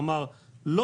זה